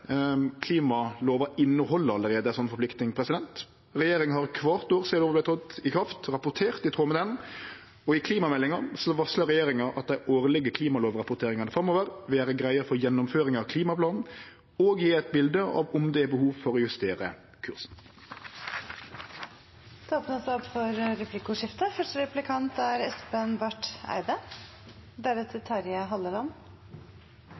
allereie ei sånn forplikting. Regjeringa har kvart år sidan lova trådde i kraft rapportert i tråd med den, og i klimameldinga varsla regjeringa at dei årlege klimalovrapporteringane framover vil gjere greie for gjennomføringa av klimaplanen og gje eit bilde av om det er behov for å justere kursen. Det blir replikkordskifte.